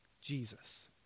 Jesus